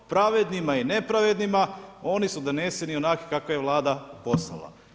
Pravednima i nepravednima oni su doneseni onakvi kakve je Vlada poslala.